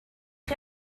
chi